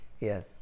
Yes